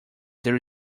there